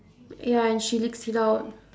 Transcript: ya and she leaks it out